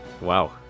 Wow